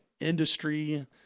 industry